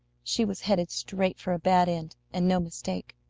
she was headed straight for a bad end, and no mistake.